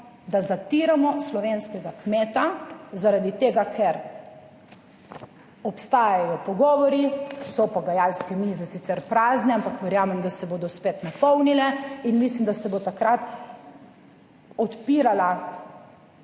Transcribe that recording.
da zatiramo slovenskega kmeta, zaradi tega, ker obstajajo pogovori, so pogajalske mize sicer prazne, ampak verjamem, da se bodo spet napolnile in mislim, da se bo takrat odpirala